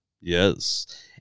Yes